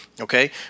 okay